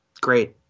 Great